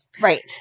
Right